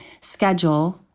schedule